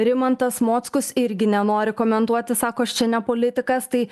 rimantas mockus irgi nenori komentuoti sako aš čia ne politikas tai